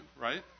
right